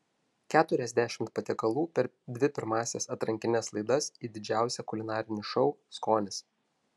keturiasdešimt patiekalų per dvi pirmąsias atrankines laidas į didžiausią kulinarinį šou skonis